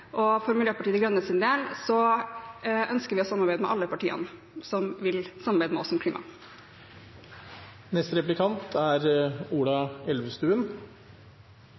framover. For Miljøpartiet De Grønnes del ønsker vi å samarbeide med alle partier som vil samarbeide med oss om klimapolitikken. Samarbeid ønsker vi jo, og det er